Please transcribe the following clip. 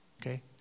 Okay